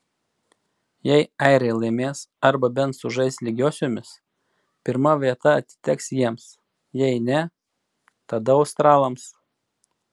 jei airiai laimės arba bent sužais lygiosiomis pirma vieta atiteks jiems jei ne tada australams